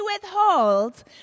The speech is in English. withhold